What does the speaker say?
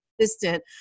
assistant